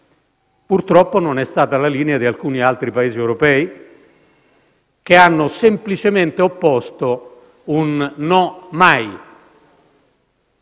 purtroppo non è stata la linea di alcuni altri Paesi europei, che hanno semplicemente opposta un «no, mai»